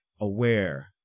aware